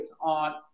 on